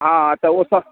हाँ तऽ ओतऽ